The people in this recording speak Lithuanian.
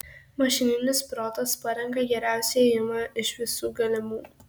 mašininis protas parenka geriausią ėjimą iš visų galimų